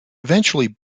eventually